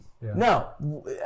no